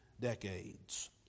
decades